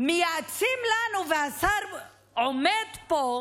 מייעצים לנו, והשר עומד פה,